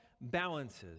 balances